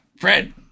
Fred